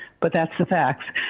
but that's the facts.